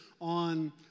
on